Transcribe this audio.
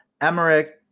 Emmerich